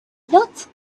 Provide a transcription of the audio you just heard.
not